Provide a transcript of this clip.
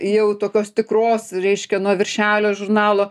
jau tokios tikros reiškia nuo viršelio žurnalo